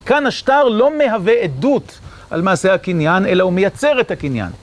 כאן השטר לא מהווה עדות על מעשה הקניין, אלא הוא מייצר את הקניין.